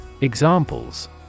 Examples